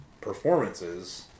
performances